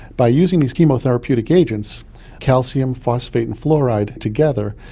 by using these chemotherapeutic agents calcium, phosphate and fluoride together,